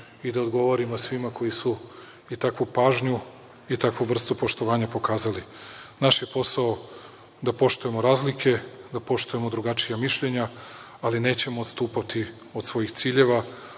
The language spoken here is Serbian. i da odgovorimo svima koji su i takvu pažnju i takvu vrstu poštovanja pokazali. Naš je posao da poštujemo razlike, da poštujemo drugačija mišljenja, ali nećemo odstupati od svojih ciljeva,